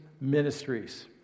ministries